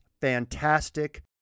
fantastic